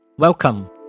Welcome